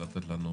ולתת לנו